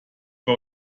bei